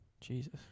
Jesus